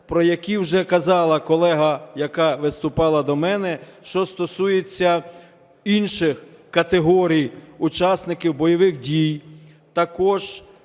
про які вже казала колега, яка виступала до мене, що стосуються інших категорій учасників бойових дій,